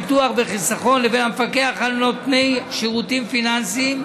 ביטוח וחיסכון לבין המפקח על נותני שירותים פיננסיים,